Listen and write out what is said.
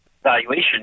valuation